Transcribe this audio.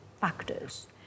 factors